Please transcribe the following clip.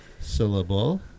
syllable